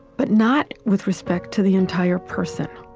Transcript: but not with respect to the entire person